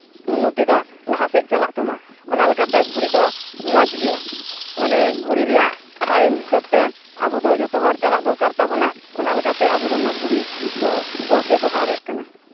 ᱩᱱᱱᱚᱛᱤ ᱫᱚ ᱞᱟᱦᱟ ᱥᱮᱜ ᱪᱟᱞᱟᱜ ᱛᱟᱢᱟ ᱚᱱᱟ ᱞᱮᱠᱟᱛᱮ ᱜᱷᱚᱲᱤ ᱫᱚ ᱢᱚᱡᱽ ᱜᱮᱭᱟ ᱢᱟᱱᱮ ᱜᱷᱚᱲᱤ ᱨᱮᱭᱟᱜ ᱴᱟᱭᱤᱢ ᱦᱤᱥᱟᱹᱵ ᱛᱮ ᱟᱵᱚ ᱫᱚ ᱡᱚᱛᱚᱦᱚᱲ ᱪᱟᱞᱟᱜ ᱫᱚᱨᱠᱟᱨ ᱛᱟᱵᱚᱱᱟ ᱚᱱᱟ ᱞᱮᱠᱟᱛᱮ ᱟᱵᱚ ᱫᱚ ᱚᱱᱟ ᱜᱷᱚᱲᱤ ᱫᱚ ᱵᱚ ᱵᱮᱵᱚᱦᱟᱨᱮᱜ ᱠᱟᱱᱟ